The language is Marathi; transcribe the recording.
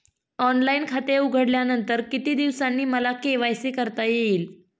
ऑनलाईन खाते उघडल्यानंतर किती दिवसांनी मला के.वाय.सी करता येईल?